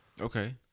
Okay